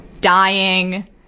dying